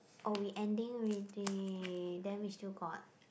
oh we ending already then we still got